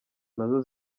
nazo